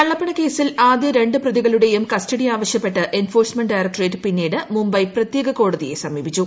കള്ളപ്പണ കേസിൽ ആദ്യ രണ്ട് പ്തികളുടെയും കസ്റ്റഡി ആവശ്യപ്പെട്ട് എൻഫോഴ്സ്മെന്റ് ഡ്യ്റ്റുക്ടറേറ്റ ്പിന്നീട് മുംബൈ പ്രത്യേക കോടതിയെ സമീപിച്ചു